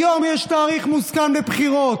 היום יש תאריך מוסכם לבחירות.